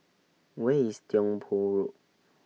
Where IS Tiong Poh Road